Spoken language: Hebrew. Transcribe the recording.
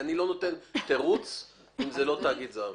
אני לא נותן תירוץ אם זה לא תאגיד זר.